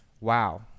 wow